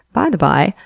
by the by,